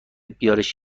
بیارش